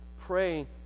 pray